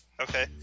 okay